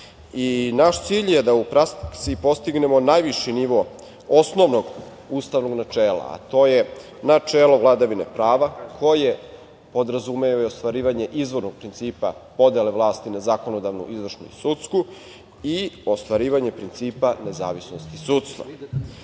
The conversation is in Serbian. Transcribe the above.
cilj je da u praksi postignemo najviši nivo osnovnog ustavnog načela, a to je načelo vladavine prava, koje podrazumeva i ostvarivanje izvornog principa podele vlasti na zakonodavnu, izvršnu i sudsku i ostvarivanje principa nezavisnosti sudstva. Moram